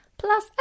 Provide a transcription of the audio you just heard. Plus